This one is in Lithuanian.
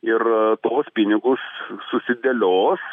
ir tuos pinigus susidėlios